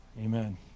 Amen